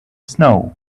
snow